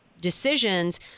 decisions